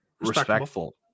Respectful